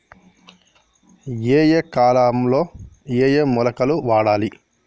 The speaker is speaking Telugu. ఏయే కాలంలో ఏయే మొలకలు వాడాలి?